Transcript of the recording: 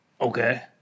Okay